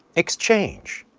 exchange.